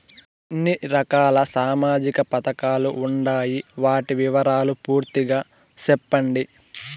ఎన్ని రకాల సామాజిక పథకాలు ఉండాయి? వాటి వివరాలు పూర్తిగా సెప్పండి?